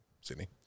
Sydney